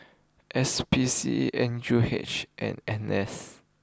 S P C N U H and N S